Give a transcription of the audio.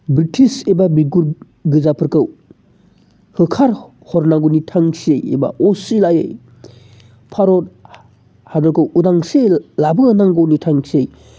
British एबा बिगुर गोजाफोरखौ होखार हरनांगौनि थांखियै एबा असिलायै भारत हादरखौ उदांस्रि लाबोनांगौनि थांखियै